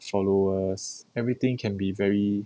followers everything can be very